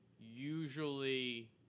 usually